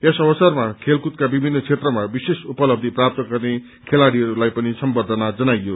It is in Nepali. यस अवसरमा खेलकूदका विभित्र क्षेत्रमा विशेष उपलब्धि प्राप्त गर्ने खेलाङीहरूलाई पनि सम्बर्द्धना जनाइयो